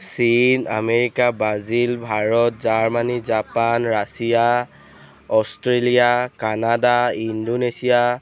চীন America Brazil Bharat Germany Japan Russia Australia Canada Indonesia